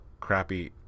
crappy